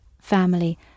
family